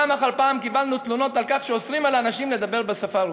ופעם אחר פעם קיבלנו תלונות על כך שאוסרים על אנשים לדבר בשפה הרוסית.